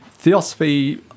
Theosophy